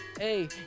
Hey